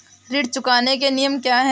ऋण चुकाने के नियम क्या हैं?